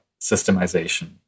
systemization